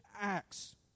acts